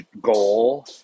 goal